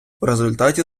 результаті